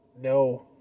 No